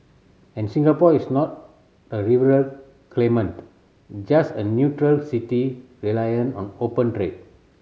and Singapore is not a rival claimant just a neutral city reliant on open trade